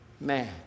man